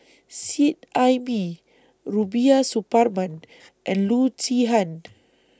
Seet Ai Mee Rubiah Suparman and Loo Zihan